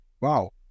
wow